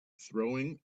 throwing